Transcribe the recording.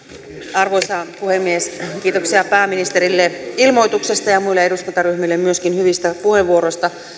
arvoisa puhemies kiitoksia pääministerille ilmoituksesta ja muille eduskuntaryhmille myöskin hyvistä puheenvuoroista